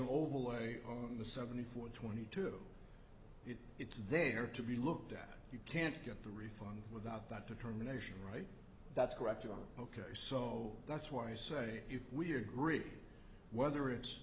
overlay on the seventy four twenty two it's there to be looked at you can't get through without that determination right that's correct you are ok so that's why i say if we agree whether it's